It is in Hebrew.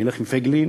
אני אלך עם פייגלין,